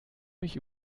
mich